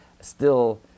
still-